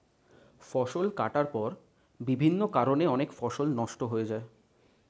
ফসল কাটার পর বিভিন্ন কারণে অনেক ফসল নষ্ট হয়ে যায়